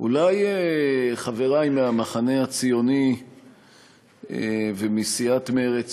אולי חברי מהמחנה הציוני ומסיעת מרצ,